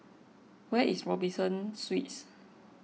where is Robinson Suites